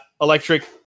electric